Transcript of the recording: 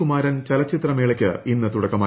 കുമാരൻ ചലച്ചിത്ര മേളയ്ക്ക് ഇന്ന് തുടക്കമായി